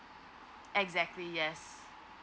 exactly yes